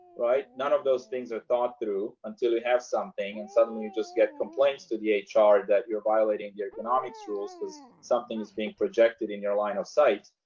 right, none of those things are thought through until we have something and suddenly you just get complaints to the ah hr that you're violating your economics rules because something is being projected in your line of sight.